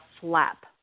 flap